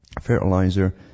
fertilizer